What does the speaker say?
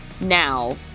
now